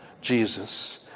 Jesus